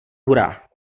hurá